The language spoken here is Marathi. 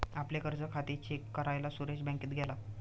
आपले कर्ज खाते चेक करायला सुरेश बँकेत गेला